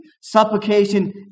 Supplication